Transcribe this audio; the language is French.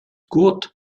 court